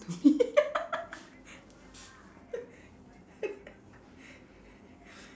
to me